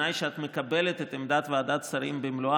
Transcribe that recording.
בתנאי שאת מקבלת את עמדת ועדת שרים במלואה,